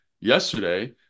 yesterday